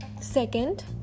second